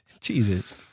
Jesus